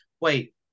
Wait